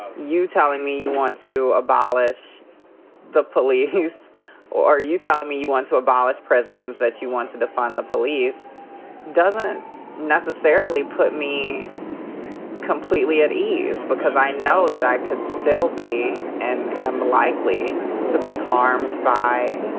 you telling me you want to abolish the police or you telling me you want to abolish prisons, that you want to defund the police doesn't necessarily put me completely at ease because i know that i could still be and am likely to be harmed by